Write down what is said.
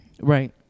Right